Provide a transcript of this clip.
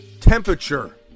temperature